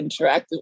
interactive